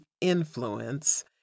influence